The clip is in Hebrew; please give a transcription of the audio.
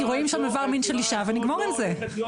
כי רואים שם איבר מין של אישה ונגמור עם זה.